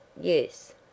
yes